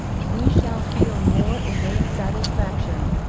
we shall feel more innate satisfaction,